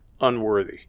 unworthy